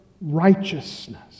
Righteousness